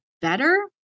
better